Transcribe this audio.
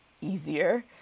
easier